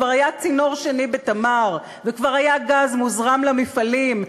כבר היה צינור שני ב"תמר" וכבר היה גז מוזרם למפעלים,